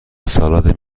سالاد